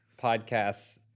podcasts